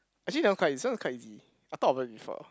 actually that one quite eas~ this one quite easy I thought of it before